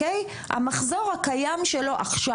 המחזור הקיים שלו עכשיו.